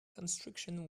construction